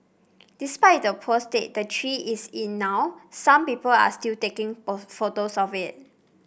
despite the poor state the tree is in now some people are still taking of photos of it